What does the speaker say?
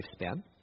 lifespan